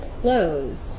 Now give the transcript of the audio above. closed